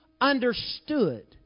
understood